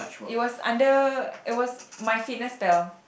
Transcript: it was under it was my scissors fell